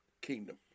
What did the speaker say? kingdom